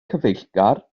cyfeillgar